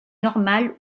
normal